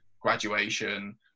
graduation